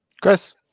Chris